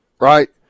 right